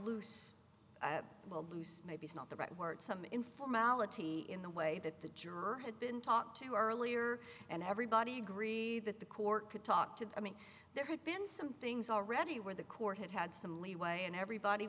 loose maybe not the right word some in formality in the way that the juror had been talked to earlier and everybody agreed that the court could talk to i mean there had been some things already where the court had had some leeway and everybody